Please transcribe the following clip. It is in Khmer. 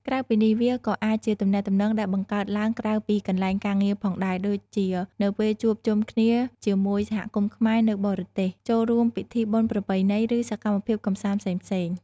ក្រៅពីនេះ វាក៏អាចជាទំនាក់ទំនងដែលបង្កើតឡើងក្រៅពីកន្លែងការងារផងដែរ ដូចជានៅពេលជួបជុំគ្នាជាមួយសហគមន៍ខ្មែរនៅបរទេស ចូលរួមពិធីបុណ្យប្រពៃណី ឬសកម្មភាពកម្សាន្តផ្សេងៗ ។